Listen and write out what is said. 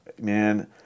Man